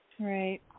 right